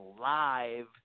live